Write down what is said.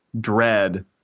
dread